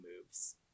Moves